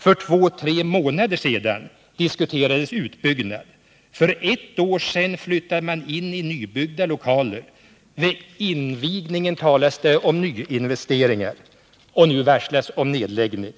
För två tre månader | sedan diskuterades utbyggnad. För ett år sedan flyttade man in i nybyggda lokaler. Vid invigningen talades det om nyinvesteringar. Och nu varslas om nedläggning.